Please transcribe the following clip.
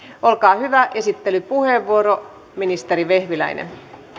olkaa hyvä esittelypuheenvuoro ministeri vehviläinen